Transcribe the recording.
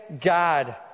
God